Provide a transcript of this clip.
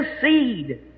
seed